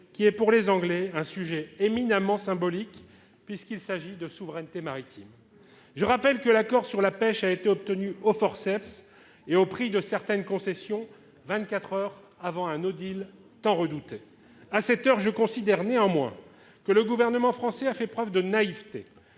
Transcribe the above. qui est pour les Anglais un sujet éminemment symbolique, puisqu'il s'agit de souveraineté maritime. Je rappelle que l'accord sur la pêche a été obtenu aux forceps et au prix de certaines concessions, 24 heures avant un tant redouté. À cette heure, je considère néanmoins que le gouvernement français a fait preuve de naïveté